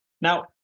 Now